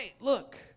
look